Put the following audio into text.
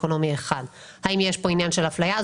אקונומי 1. האם יש כאן עניין של אפליה?